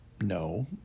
No